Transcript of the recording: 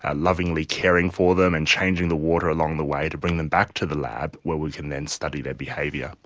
ah lovingly caring for them and changing the water along the way to bring them back to the lab where we can then study their behaviour.